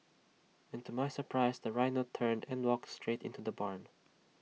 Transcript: and to my surprise the rhino turned and walked straight into the barn